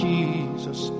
Jesus